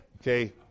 Okay